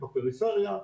בפריפריה.